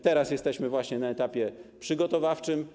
Teraz jesteśmy właśnie na etapie przygotowawczym.